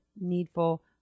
needful